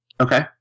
Okay